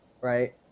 right